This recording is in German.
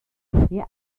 wir